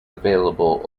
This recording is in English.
available